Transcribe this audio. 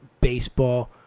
baseball